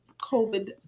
COVID